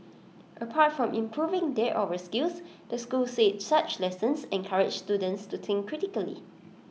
apart from improving their oral skills the school said such lessons encourage students to think critically